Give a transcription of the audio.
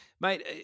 Mate